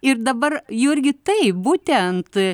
ir dabar jurgi taip būtent